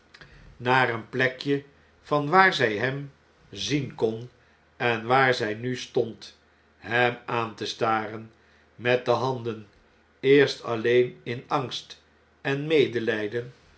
naar een plekje van waar zjj hem zien kon en waar zg nu stond hem aan te staren met de handen eerst alleen in angst en medelijden